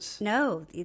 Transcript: No